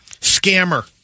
Scammer